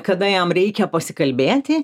kada jam reikia pasikalbėti